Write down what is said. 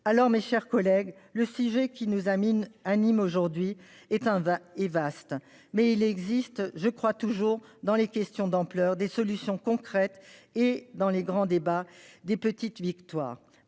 Mes chers collègues, le sujet qui nous occupe aujourd'hui est vaste, mais il existe toujours, dans les questions d'ampleur, des solutions concrètes et, dans les grands débats, de petites victoires.